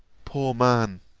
poor man!